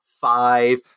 five